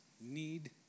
need